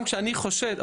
גם כשאני חושד,